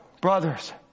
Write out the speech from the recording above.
brothers